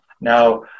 Now